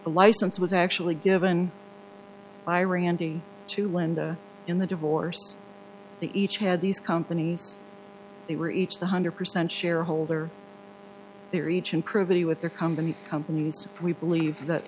the license was actually given by randy to linda in the divorce the each had these companies they were each one hundred percent shareholder they reach and prove that he with the company companies we believe that